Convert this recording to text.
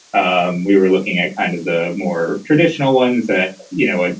um we were looking at kind of the more traditional ones that, you know, ah